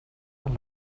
las